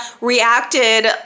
reacted